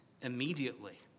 immediately